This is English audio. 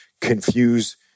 confuse